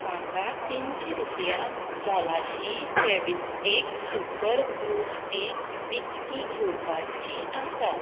म्हाका तिनशी रुपया मोलाची फॅविस्टीक सुपर ग्लू स्टीक विकती घेवपाची आसा